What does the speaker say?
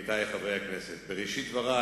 עמיתי חברי הכנסת, בראשית דברי